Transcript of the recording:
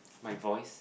my voice